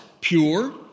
pure